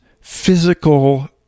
physical